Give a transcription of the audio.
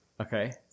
Okay